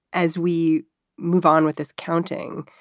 as we move on with this counting,